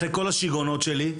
אחרי כל השיגעונות שלי.